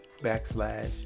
backslash